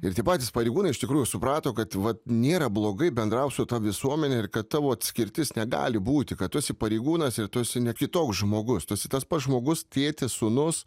ir tie patys pareigūnai iš tikrųjų suprato kad vat nėra blogai bendraut su ta visuomene ir kad tavo atskirtis negali būti kad tu esi pareigūnas ir tu esi ne kitoks žmogus tu esi tas pats žmogus tėtis sūnus